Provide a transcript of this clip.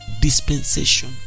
dispensation